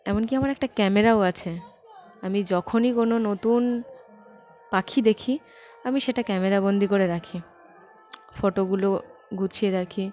এমন কি আমার একটা ক্যামেরাও আছে আমি যখনই কোনো নতুন পাখি দেখি আমি সেটা ক্যামেরবন্দি করে রাখি ফটোগুলো গুছিয়ে রাখি